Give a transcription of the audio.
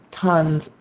tons